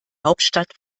hauptstadt